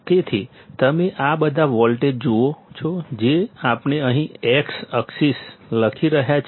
તેથી તમે આ બધા વોલ્ટેજ જુઓ છો જે આપણે અહીં x એક્સિસમાં લખી રહ્યા છીએ